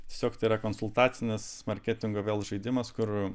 tiesiog tai yra konsultacinis marketingo vėl žaidimas kur